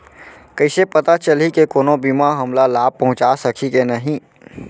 कइसे पता चलही के कोनो बीमा हमला लाभ पहूँचा सकही के नही